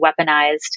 weaponized